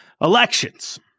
elections